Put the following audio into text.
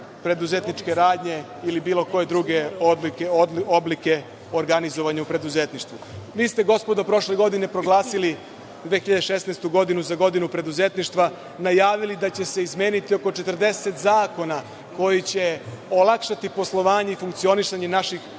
preduzetničke radnje ili bilo koje druge oblike organizovanja u preduzetništvu. Vi ste, gospodo, prošlu godinu proglasili, 2016. godinu, za godinu preduzetništva, najavili da će se izmeniti oko 40 zakona koji će olakšati poslovanje i funkcionisanje naših